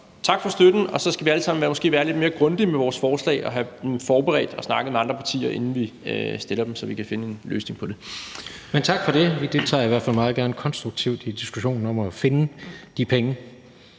tak for støtten. Og så skal vi alle sammen måske være lidt mere grundige med vores forslag og have forberedt dem og snakket med andre partier, inden vi fremsætter dem, så vi kan finde en løsning på det. Kl. 22:36 Jens Rohde (KD): Tak for det. Vi deltager i hvert fald meget gerne konstruktivt i diskussionen om at finde de penge.